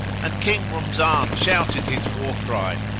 and king rumzan shouted his war cry,